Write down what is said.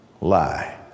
lie